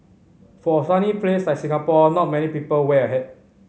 for a sunny place like Singapore not many people wear a hat